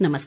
नमस्कार